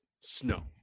snow